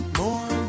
more